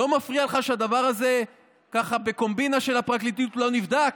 לא מפריע לך שהדבר הזה בקומבינה של הפרקליטות לא נבדק?